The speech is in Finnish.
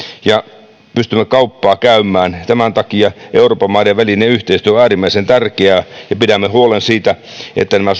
ja pystymme kauppaa käymään tämän takia euroopan maiden välinen yhteistyö on äärimmäisen tärkeää ja pidämme huolen siitä että nämä